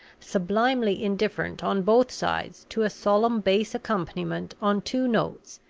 sublimely indifferent on both sides to a solemn bass accompaniment on two notes,